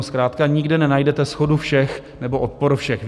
Zkrátka nikde nenajdete shodu všech nebo odpor všech.